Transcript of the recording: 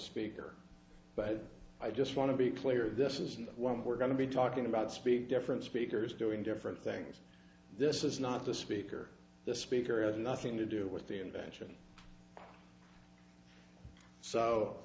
speaker but i just want to be clear this isn't what we're going to be talking about speak different speakers doing different things this is not the speaker the speaker has nothing to do with the invention so